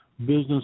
business